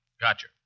Gotcha